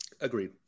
agreed